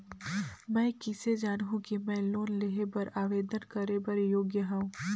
मैं किसे जानहूं कि मैं लोन लेहे बर आवेदन करे बर योग्य हंव?